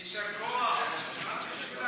הוא ביקש ממני למחוק.